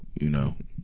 you know.